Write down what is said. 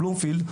בבלומפילד,